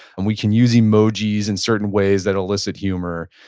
and we can use emojis in certain ways that illicit humor.